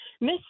Miss